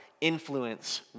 influence